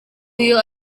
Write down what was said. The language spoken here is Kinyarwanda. iyo